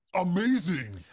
Amazing